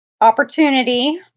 opportunity